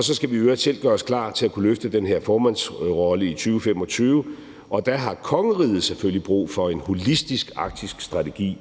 Så skal vi i øvrigt selv gøre os klar til at kunne løfte den her formandsrolle i 2025, og der har kongeriget selvfølgelig brug for en holistisk arktisk strategi,